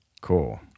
Cool